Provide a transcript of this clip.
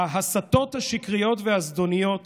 ההסתות השקריות והזדוניות